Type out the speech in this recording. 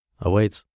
awaits